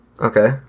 Okay